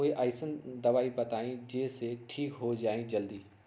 कोई अईसन दवाई बताई जे से ठीक हो जई जल्दी?